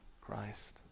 Christ